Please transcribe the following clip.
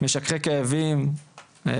משככי כאבים,